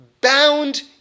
bound